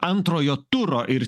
antrojo turo ir